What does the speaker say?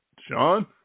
Sean